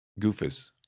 Goofus